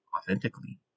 authentically